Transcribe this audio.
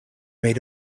made